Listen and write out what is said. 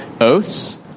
oaths